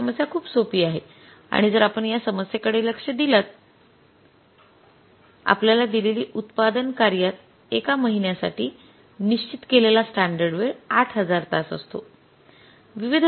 पहिली समस्या खूप सोपी आहे आणि जर आपण या समस्येकडे लक्ष दिल्यास आपल्याला दिलेली उत्पादन कार्यात एका महिन्यासाठी निश्चित केलेला स्टॅंडर्ड वेळ ८००० तास असतो